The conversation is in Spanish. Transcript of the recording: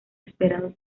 esperado